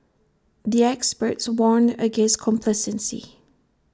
the experts warned against complacency